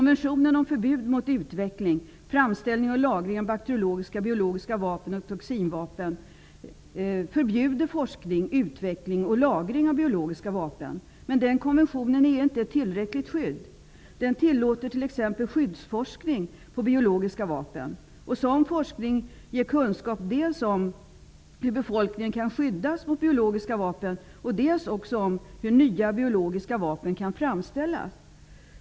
vapen och toxinvapen förbjuder forskning, utveckling och lagring av biologiska vapen. Men den konventionen är inte ett tillräckligt skydd. Den tillåter t.ex. skyddsforskning kring biologiska vapen. Sådan forskning ger kunskap dels om hur befolkningen kan skyddas mot biologiska vapen, dels om hur nya biologiska vapen kan framställas.